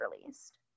released